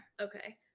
okay